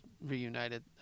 reunited